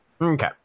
okay